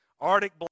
Arctic